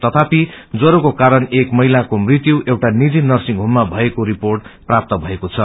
तथापि ज्वरोको कारण एक महिलाको मृत्यु एउटा नीजि नर्सिङ होममा भएको रिर्पोट प्राप्त भएको छ